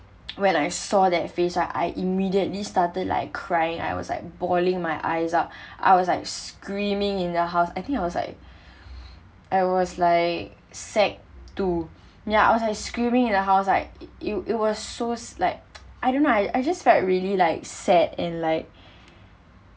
when I saw that face I immediately started like crying I was like bawling my eyes out I was like screaming in the house I think I was like I was like sec two ya I was like screaming in the house like it it was so like I don't know I I just felt really like sad and like